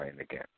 again